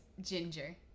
ginger